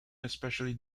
especially